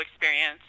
experience